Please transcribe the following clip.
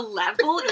level